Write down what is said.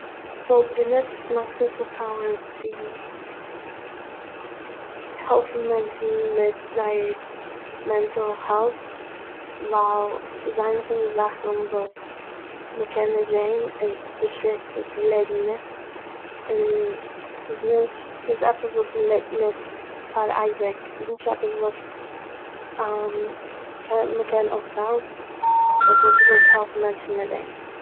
כ'וואלט געניצט מיין סופער-פאוער צו העלפן מענטשן מיט זייער מענטל העלט' ווייל, ס'איז איינע פון די זאכן וואס מ'קען נישט זעהן און ס'איז די שווערסטע צו לעבן מיט, און ס'איז נישט- ס'איז עפעס וואס מ'לעבט מיט פאר אייביג, ס'איז נישט עפעס וואס מ'קען- מ'קען אויסהיילן, סו, איך וואלט געוואלט העלפן מענטשן מיט דעם